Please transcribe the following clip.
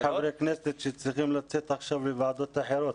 יש חברי כנסת שצריכים לצאת עכשיו לוועדות אחרות.